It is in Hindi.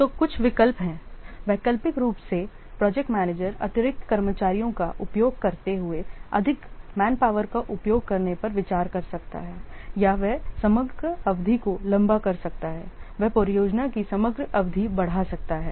तो कुछ विकल्प हैं वैकल्पिक रूप से प्रोजेक्ट मैनेजर अतिरिक्त कर्मचारियों का उपयोग करते हुए अधिक मैन पावर का उपयोग करने पर विचार कर सकता है या वह समग्र अवधि को लंबा कर सकता है वह परियोजना की समग्र अवधि बढ़ा सकता है